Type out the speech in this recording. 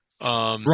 Right